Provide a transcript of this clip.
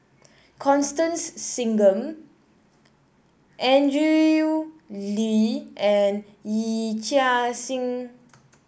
Constance Singam Andrew Lee and Yee Chia Hsing